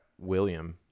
William